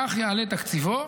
כך יעלה תקציבו,